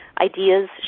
ideas